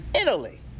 Italy